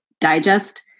digest